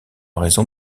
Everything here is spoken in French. raison